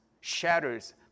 shatters